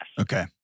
Okay